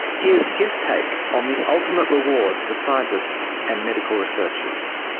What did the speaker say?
here's his take on the ultimate reward for scientists and medical researchers.